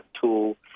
tool